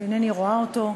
שאינני רואה אותו,